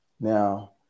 Now